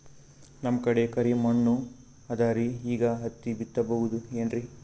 ನಮ್ ಕಡೆ ಕರಿ ಮಣ್ಣು ಅದರಿ, ಈಗ ಹತ್ತಿ ಬಿತ್ತಬಹುದು ಏನ್ರೀ?